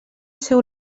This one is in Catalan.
seu